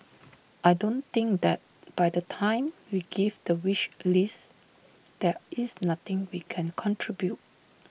I don't think that by the time we give the wish list there is nothing we can contribute